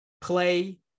play